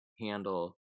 handle